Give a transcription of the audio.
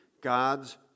God's